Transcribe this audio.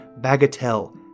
Bagatelle